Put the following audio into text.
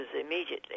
immediately